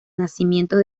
nacimientos